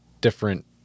different